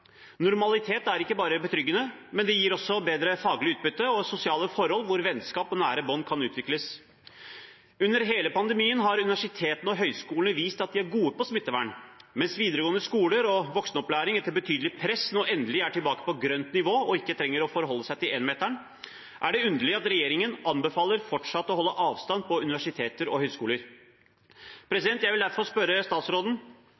Normalitet er ikke bare betryggende, men det gir også bedre faglig utbytte og sosiale forhold hvor vennskap og nære bånd kan utvikles. Under hele pandemien har universitetene og høyskolene vist at de er gode på smittevern. Mens videregående skoler og voksenopplæring etter betydelig press nå endelig er tilbake på grønt nivå og ikke trenger å forholde seg til 1-meteren, er det underlig at regjeringen anbefaler fortsatt å holde avstand på universiteter og høyskoler. Jeg vil derfor spørre statsråden: